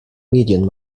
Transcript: medien